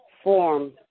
Form